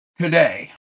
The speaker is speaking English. Today